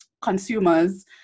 consumers